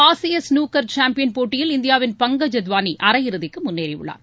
ஆசிய snooker champion போட்டியில் இந்தியாவின் பங்கஜ் அத்வாளி அரையிறுதிக்கு முன்னேறி உள்ளார்